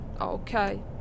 Okay